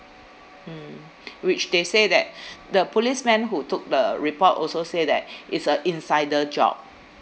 mm which they say that the policeman who took the report also say that it's a insider job